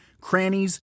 crannies